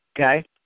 Okay